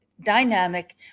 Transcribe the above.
dynamic